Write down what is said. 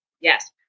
Yes